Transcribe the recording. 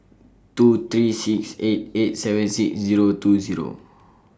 two three six eight eight seven six Zero two Zero